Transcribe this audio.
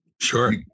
Sure